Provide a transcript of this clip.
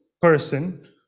person